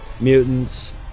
mutants